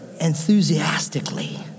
enthusiastically